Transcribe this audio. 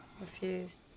Refused